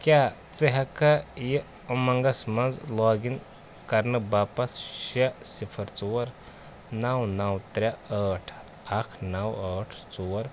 کیٛاہ ژٕ ہٮ۪کٕکھا یہِ اُمنٛگس مَنٛز لاگ اِن کَرنہٕ باپتھ شےٚ صِفر ژور نَو نَو ترٛےٚ ٲٹھ اَکھ نَو ٲٹھ ژور